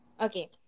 Okay